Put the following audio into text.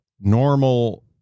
normal